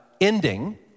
ending